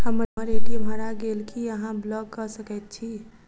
हम्मर ए.टी.एम हरा गेल की अहाँ ब्लॉक कऽ सकैत छी?